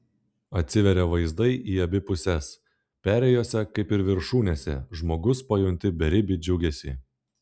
atsiveria vaizdai į abi puses perėjose kaip ir viršūnėse žmogus pajunti beribį džiugesį